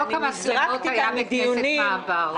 חוק המצלמות היה בכנסת מעבר.